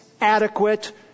adequate